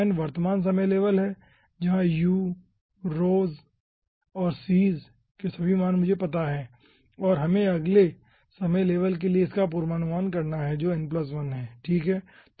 n वर्तमान समय level है जहां u और c's के सभी मान मुझे पता है और हमें अगले समय लेवल के लिए इनका पूर्वानुमान करना हैं जो n 1 है ठीक है